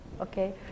okay